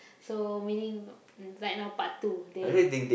so meaning right now part two there's